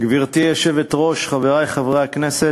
גברתי היושבת-ראש, חברי חברי הכנסת,